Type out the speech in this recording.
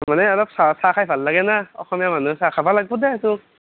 মানে অলপ চাহ খাই ভাল লাগে না অসমীয়া মানুহ চাহ খাবা লাগব দে এটুপ